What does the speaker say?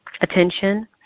attention